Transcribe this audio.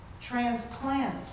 transplant